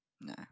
no